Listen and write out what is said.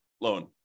loan